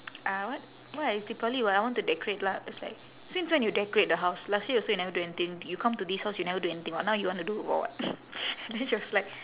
uh what why it's deepavali [what] I want to decorate lah I was like since when you decorate the house last year also you never do anything you come to this house you never do anything [what] now you want to do for what and then she was like